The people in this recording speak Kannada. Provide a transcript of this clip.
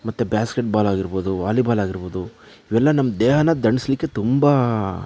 ಮತ್ತೆ ಬಾಸ್ಕೆಟ್ಬಾಲ್ ಆಗಿರ್ಬೋದು ವಾಲಿಬಾಲ್ ಆಗಿರ್ಬೋದು ಇವೆಲ್ಲ ನಮ್ಮ ದೇಹನ ದಂಡಿಸಲಿಕ್ಕೆ ತುಂಬ